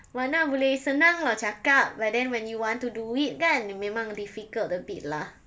mana boleh senang lah cakap but then when you want to do it kan memang difficult a bit lah